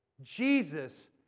Jesus